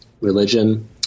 religion